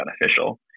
beneficial